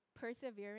Perseverance